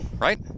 right